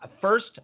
first